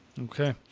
Okay